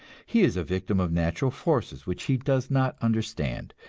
he is a victim of natural forces which he does not understand,